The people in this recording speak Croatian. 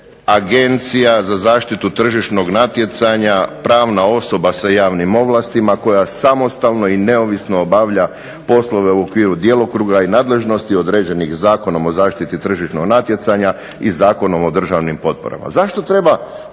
Agencija za zaštitu tržišnog natjecanja pravna osoba sa javnim ovlastima koja samostalno i neovisno obavlja poslove u okviru djelokruga i nadležnosti određenim Zakonom o zaštiti od tržišnog natjecanja i Zakonom o državnim potporama. Zašto treba